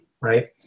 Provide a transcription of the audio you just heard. right